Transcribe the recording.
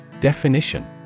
Definition